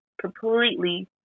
completely